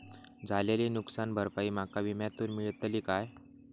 झालेली नुकसान भरपाई माका विम्यातून मेळतली काय?